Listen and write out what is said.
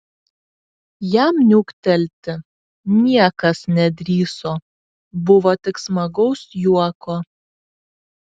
jam niuktelti niekas nedrįso buvo tik smagaus juoko